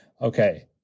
okay